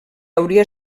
hauria